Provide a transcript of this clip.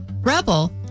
Rebel